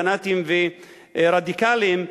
פנאטים ורדיקלים,